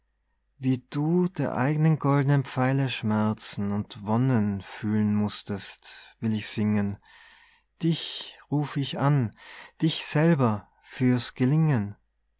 wie du der eignen gold'nen pfeile schmerzen und wonnen fühlen mußtest will ich singen dich ruf ich an dich selber für's gelingen